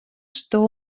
что